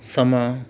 ਸਮਾਂ